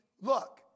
Look